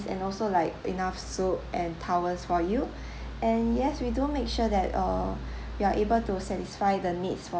and also like enough soap and towels for you and yes we do make sure that uh we are able to satisfy the needs for